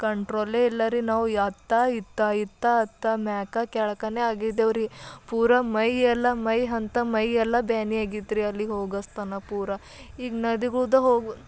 ಕಂಟ್ರೋಲೇ ಇಲ್ಲ ರೀ ನಾವು ಅತ್ತ ಇತ್ತ ಇತ್ತ ಅತ್ತ ಮ್ಯಾಲ ಕೆಳಗನೇ ಆಗಿದ್ದೇವೆ ರೀ ಪೂರ ಮೈಯೆಲ್ಲ ಮೈ ಅಂತ ಮೈಯೆಲ್ಲ ಬ್ಯಾನೆ ಆಗಿತ್ತು ರೀ ಅಲ್ಲಿಗೆ ಹೋಗಸ್ತನ ಪೂರ ಈಗ ನದಿಗಳ್ದಾಗೆ ಹೋಗಿ